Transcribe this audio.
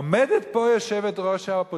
עומדת פה יושבת-ראש האופוזיציה,